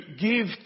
give